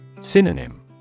Synonym